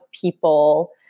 people